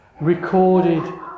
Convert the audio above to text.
recorded